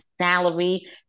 salary